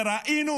וראינו